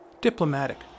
diplomatic